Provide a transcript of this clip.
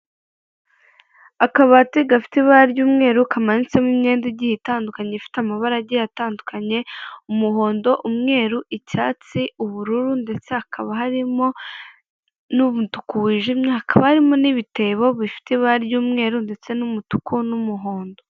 Akabati gafite ibara ry'umweru, kamanitsemo imyenda igiye itandukanye ifite amabara agiyge atandukanye, umuhondo, umweru, icyatsi, ubururu ndetse hakaba harimo n'umutuku wijimye, hakaba harimo n'ibitebo bifite ibara ry'umweru ndetse n'umutuku n'umuhondo.